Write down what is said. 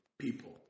People